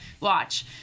watch